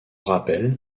rappel